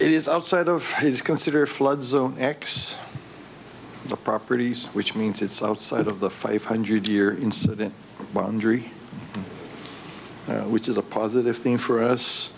it is outside of his consider flood zone xx the properties which means it's outside of the five hundred year incident one injury which is a positive thing for us